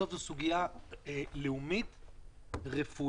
בסוף זאת סוגיה לאומית, רפואית.